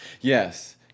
Yes